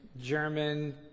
German